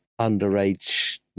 underage